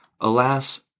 Alas